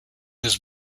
his